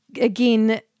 again